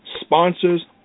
sponsors